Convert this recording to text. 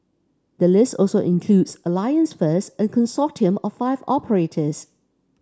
the list also includes Alliance First a consortium of five operators